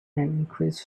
increased